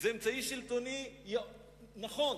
זה אמצעי שלטוני נכון,